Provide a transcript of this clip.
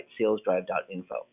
salesdrive.info